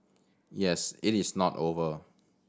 yes it is not over